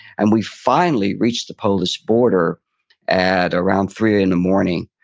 and we finally reached the polish border at around three in the morning.